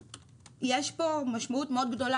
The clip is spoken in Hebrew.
יש פה משמעות מאוד גדולה.